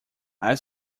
i’ve